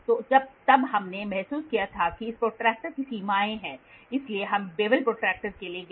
तो तब हमने महसूस किया कि इस प्रोट्रैक्टर की सीमाएं हैं इसलिए हम बेवल प्रोट्रैक्टर के लिए गए